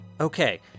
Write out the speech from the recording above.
Okay